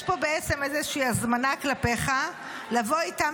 יש פה בעצם איזו שהיא הזמנה כלפיך לבוא איתם